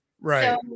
Right